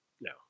no